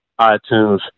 iTunes